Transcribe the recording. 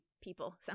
people